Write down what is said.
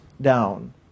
down